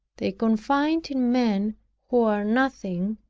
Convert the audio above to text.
they confide in men who are nothing,